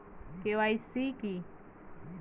KYC কী?